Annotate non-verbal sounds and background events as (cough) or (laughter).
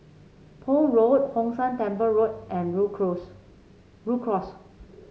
Poole Road Hong San Temple Road and Rhu (unintelligible) Rhu Cross